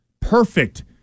Perfect